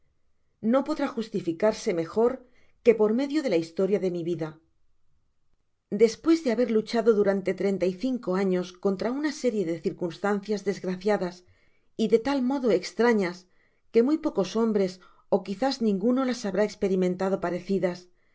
no podrá justificarse mejor que por medio de la historia de mi vida despues de haber luchado du rante treinta y cinco años contra una série de circuastan cias desgraciadas y de tal modo estranas que muy pocos hombres ó quizás ninguno las habrá esperimentado parecidas